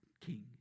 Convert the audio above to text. King